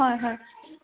হয়